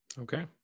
Okay